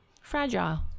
fragile